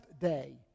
day